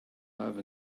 have